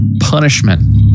punishment